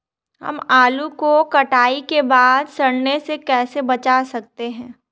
हम आलू को कटाई के बाद सड़ने से कैसे बचा सकते हैं?